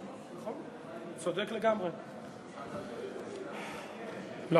הצעתו של יושב-ראש ועדת הכנסת,